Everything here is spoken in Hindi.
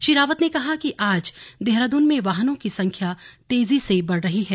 श्री रावत ने कहा कि आज देहरादून में वाहनों की संख्या तेजी से बढ़ रही है